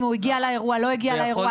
אם הוא הגיע לאירוע או לא הגיע לאירוע.